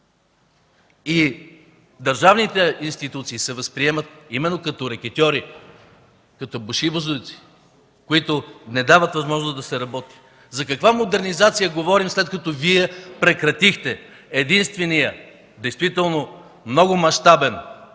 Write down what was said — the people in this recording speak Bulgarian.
Държавните институции се възприемат именно като рекетьори, като башибозуци, които не дават възможност да се работи. За каква модернизация говорим, след като Вие прекратихте единствения действително много мащабен